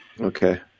Okay